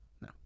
No